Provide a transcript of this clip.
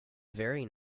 very